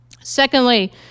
Secondly